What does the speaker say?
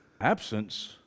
Absence